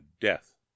death